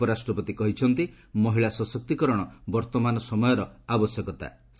ଉପରାଷ୍ଟ୍ରପତି କହିଛନ୍ତି ମହିଳା ସଶସ୍ତିକରଣ ବର୍ତ୍ତମାନ ସମୟର ଆବଶ୍ୟକତା ଅଟେ